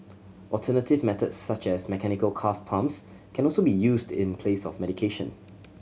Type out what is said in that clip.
alternative method such as mechanical calf pumps can also be used in place of medication